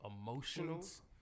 emotions